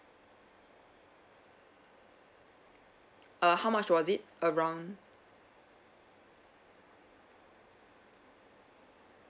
err how much was it around